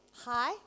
Hi